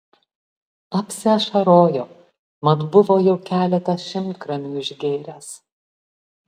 apsiašarojo mat buvo jau keletą šimtgramių išgėręs